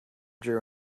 drew